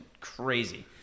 crazy